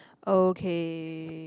okay